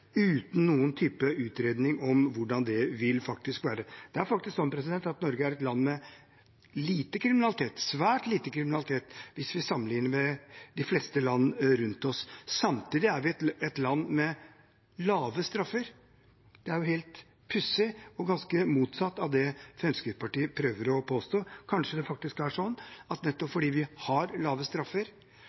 uten noen type utredning av hvordan det faktisk vil være. Det er faktisk sånn at Norge er et land med lite kriminalitet, svært lite kriminalitet, hvis vi sammenligner med de fleste land rundt oss. Samtidig er vi et land med lave straffer. Det er jo helt pussig og ganske motsatt av det Fremskrittspartiet prøver å påstå. Kanskje det er sånn at nettopp fordi vi har lave straffer